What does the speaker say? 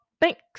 thanks